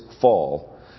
fall